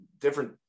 different